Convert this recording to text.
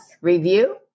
review